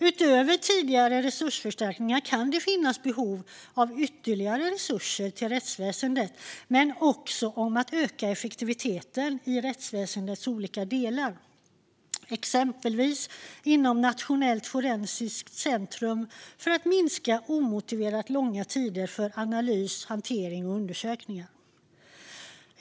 Utöver tidigare resursförstärkningar kan det finnas behov av ytterligare resurser till rättsväsendet. Det handlar också om att öka effektiviteten i rättsväsendets olika delar, exempelvis inom Nationellt forensiskt centrum för att minska omotiverat långa tider för analys, hantering och undersökningar.